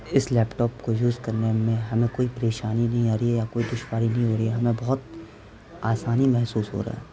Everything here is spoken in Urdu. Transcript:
اس لیپ ٹاپ کو یوز کرنے میں ہمیں کوئی پریشانی نہیں آ رہی ہے یا کوئی دشواری نہیں ہو رہی ہے ہمیں بہت آسانی محسوس ہو رہا ہے